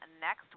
next